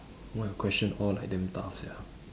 why the question all like damn tough sia